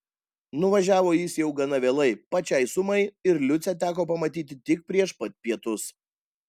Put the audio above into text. nuvažiavo jis jau gana vėlai pačiai sumai ir liucę teko pamatyti tik prieš pat pietus